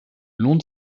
long